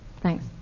thanks